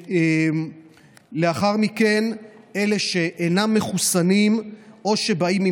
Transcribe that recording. ולאחר מכן אלה שאינם מחוסנים או שבאים עם